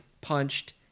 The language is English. punched